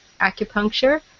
acupuncture